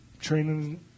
training